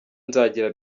nzagira